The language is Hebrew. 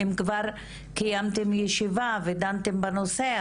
אם כבר קיימתם ישיבה ודנתם בנושא,